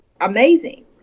amazing